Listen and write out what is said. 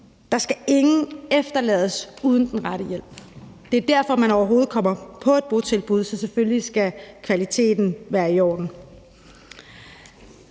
skal ingen efterlades uden den rette hjælp. Det er derfor, man overhovedet kommer på et botilbud, så selvfølgelig skal kvaliteten være i orden.